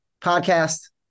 Podcast